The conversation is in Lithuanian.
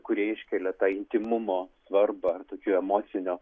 kurie iškelia tą intymumo svarbą tokio emocinio